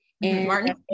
Martin